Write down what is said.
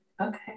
Okay